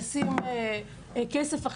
לשים כסף,